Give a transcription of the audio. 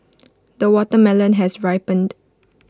the watermelon has ripened